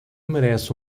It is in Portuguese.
merece